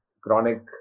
chronic